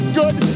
good